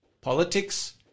politics